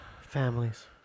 Families